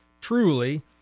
truly